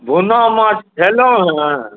भुन्ना माछ खेलहुँ हॅं